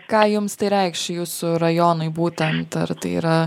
ką jums tai reikš jūsų rajonui būtent ar tai yra